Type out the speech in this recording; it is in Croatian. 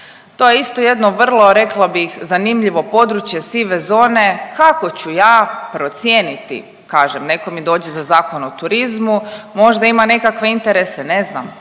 to je isto jedno vrlo, rekla bih, zanimljivo područje sive zone kako ću ja procijeniti, kažem, netko mi dođe za Zakon o turizmu, možda ima nekakve interese, ne znam,